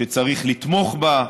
שצריך לתמוך בה.